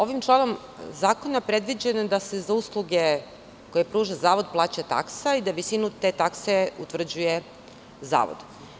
Ovim članom zakona predviđeno je da se za usluge koje pruža zavod plaća taksa i da visinu te takse utvrđuje zavod.